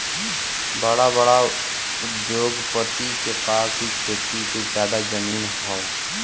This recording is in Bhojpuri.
बड़ा बड़ा उद्योगपति के पास ही खेती के जादा जमीन हौ